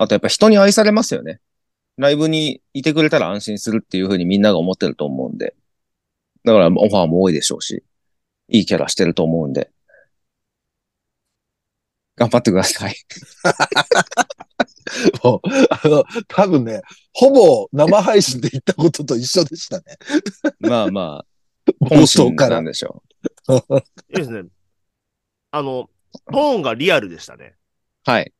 あとやっぱ人に愛されますよね。ライブにいてくれたら安心するっていうふうにみんなが思ってると思うんで。だからオファーも多いでしょうし、いいキャラしてると思うんで。頑張ってください。 もう、あの、多分ね、ほぼ生配信で言ったことと一緒でしたね。まあまあ。 冒頭から。 本心なんでしょう。いいですね。あの、トーンがリアルでしたね。はい。